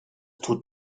tut